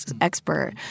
expert